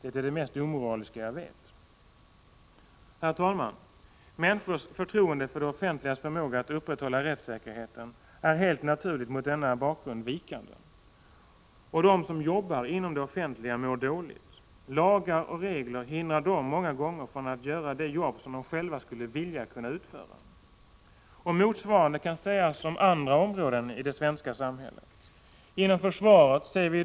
Det är det mest omoraliska jag vet.” Herr talman! Människors förtroende för det offentligas förmåga att upprätthålla rättssäkerheten är helt naturligt mot denna bakgrund vikande. Och de som jobbar inom det offentliga mår dåligt. Lagar och regler hindrar dem många gånger från att göra det som de själva tycker skulle vara ett bra jobb. Motsvarande kan sägas om försvaret.